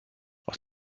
aus